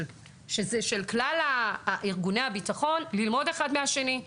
שזה של כלל ארגוני הביטחון ללמוד אחד מהשני.